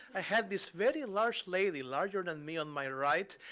i had this very large lady, larger than me, on my right,